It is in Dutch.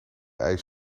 eis